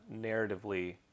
narratively